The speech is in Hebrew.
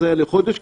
זה כאילו לחודש?